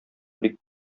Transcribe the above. бик